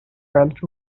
felt